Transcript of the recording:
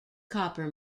copper